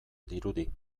dirudi